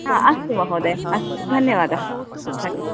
हा अस्तु महोदय अस्तु धन्यवादः धन्यवादः